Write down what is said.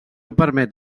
permet